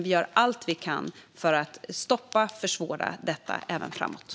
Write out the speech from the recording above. Vi gör dock allt vi kan för att stoppa eller försvåra detta även framöver.